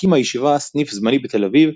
הקימה הישיבה סניף זמני בתל אביב,